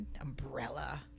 Umbrella